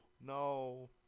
no